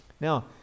now